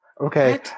Okay